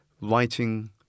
writing